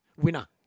Winner